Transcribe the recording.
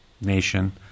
nation